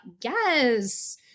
yes